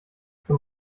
zum